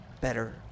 better